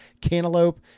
cantaloupe